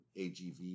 AGV